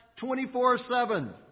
24-7